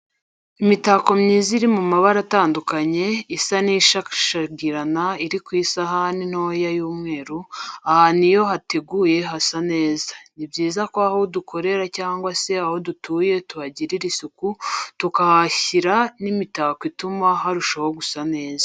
Imitako myiza iri mu mabara atanduka isa n'ishashagirana iri kw'isahani ntoya y'umweru, ahantu iyo hateguye hasa neza, ni byiza ko aho dukorera cyangwa se aho dutuye tuhagirira isuku tukahashyira n' imitako ituma harushaho gusa neza.